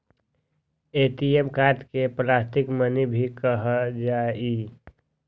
ATM card के plastic money भी कहल जाहई